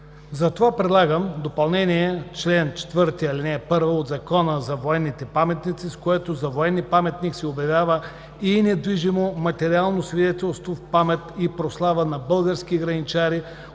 Затова предлагаме допълнение на чл. 4, ал. 1 от Закона за военните паметници, с което за военен паметник се обявява и недвижимо материално свидетелство в памет и прослава на български граничари